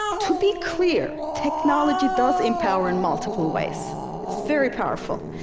to be clear, technology does empower in multiple ways. it's very powerful.